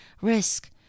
risk